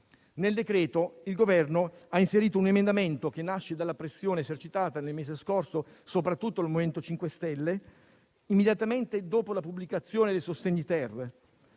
Nel decreto il Governo ha inserito un emendamento che nasce dalla pressione esercitata nel mese scorso, soprattutto dal MoVimento 5 Stelle, immediatamente dopo la pubblicazione del decreto sostegni-*ter*.